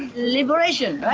liberation,